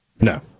No